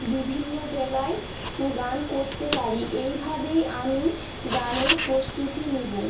বিভিন্ন জাগায় গান করতে পারি এইভাবেই আমি গানের প্রস্তুতি নেব